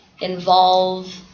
involve